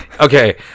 Okay